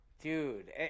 dude